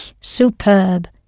Superb